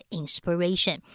inspiration